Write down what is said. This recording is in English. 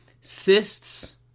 Cysts